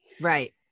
Right